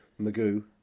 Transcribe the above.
Magoo